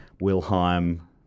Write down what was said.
Wilhelm